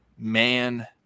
Man